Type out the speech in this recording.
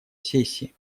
сессии